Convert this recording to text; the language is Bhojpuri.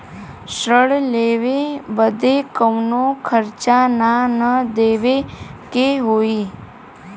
ऋण लेवे बदे कउनो खर्चा ना न देवे के होई?